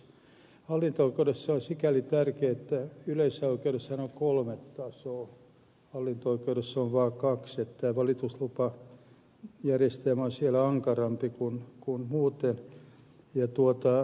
hallinto oikeudessahan se on sikäli tärkeää yleisessä oikeudessahan on kolme tasoa mutta hallinto oikeudessa vain kaksi että tämä valituslupajärjestelmä on siis siellä ankarampi kuin muuten